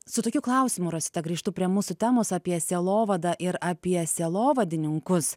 su tokiu klausimu rosita grįžtu prie mūsų temos apie sielovadą ir apie sielovadininkus